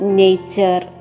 nature